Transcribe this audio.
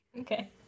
Okay